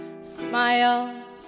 smile